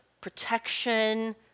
protection